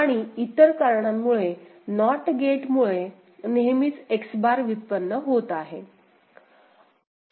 आणि इतर कारणांमुळे नॉट गेट मुळे नेहमीच X बार व्युत्पन्न होत आहे